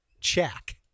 Check